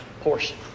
portion